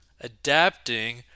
adapting